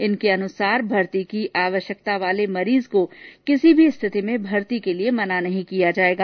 इन के अनुसार भर्ती की आवश्यकता वाले मरीज को किसी भी स्थिति में भर्ती के लिए मना नहीं किया जायेगा